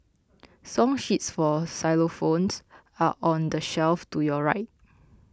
song sheets for xylophones are on the shelf to your right